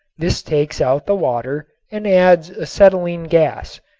this takes out the water and adds acetylene gas,